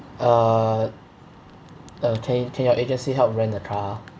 uh uh can can your agency help rent a car